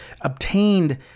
obtained